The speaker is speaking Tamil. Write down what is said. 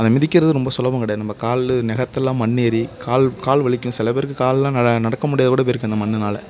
அந்த மிதிக்கிறது ரொம்ப சுலபம் கிடையாது நம்ப கால் நகத்துலலாம் மண் ஏறி கால் கால் வலிக்கும் சில பேருக்கு கால்லாம் ந நடக்க முடியாத கூட போயிருக்குது அந்த மண்ணுனால்